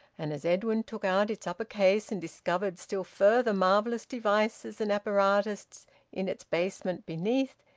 and as edwin took out its upper case and discovered still further marvellous devices and apparatus in its basement beneath,